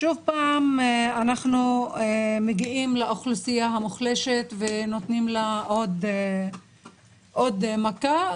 שוב פעם אנחנו מגיעים לאוכלוסייה המוחלשת ונותנים לה עוד מכה,